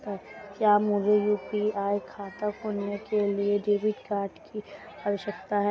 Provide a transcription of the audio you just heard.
क्या मुझे यू.पी.आई खाता खोलने के लिए डेबिट कार्ड की आवश्यकता है?